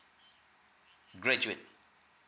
graduate